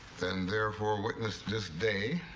then therefore witness this day.